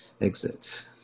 exit